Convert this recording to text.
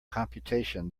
computation